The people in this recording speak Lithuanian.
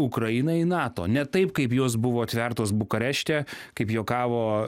ukrainai nato ne taip kaip jos buvo atvertos bukarešte kaip juokavo